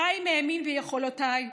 חיים האמין ביכולותיי,